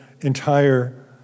entire